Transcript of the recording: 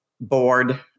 board